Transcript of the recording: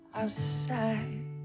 outside